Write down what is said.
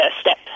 step